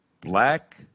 black